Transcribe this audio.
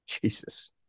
Jesus